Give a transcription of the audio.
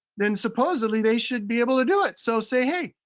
then supposedly they should be able to do it. so say, hey,